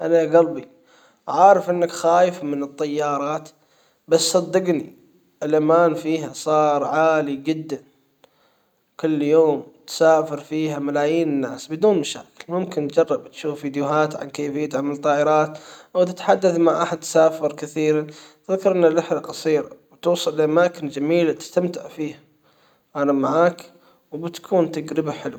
هلا يا جلبي عارف انك خايف من الطيارات بس صدجني الامان فيها صار عالي جدا كل يوم تسافر فيها ملايين الناس بدون مشاكل ممكن تجرب تشوف فيديوهات عن كيفية عمل طائرات او تتحدث مع احد سافر كثيرا الرحلة قصيرة وتوصل لاماكن جميلة تستمتع فيها انا معاك وبتكون تجربة حلوة